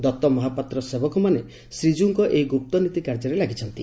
ଦଉ ମହାପାତ୍ର ସେବକମାନେ ଶ୍ରୀକୀଉଙ୍କ ଏହି ଗୁପ୍ତ ନୀତି କାର୍ଯ୍ୟରେ ଲାଗିଛନ୍ତି